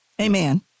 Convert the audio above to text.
Amen